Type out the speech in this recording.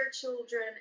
children